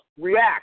react